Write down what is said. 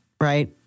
Right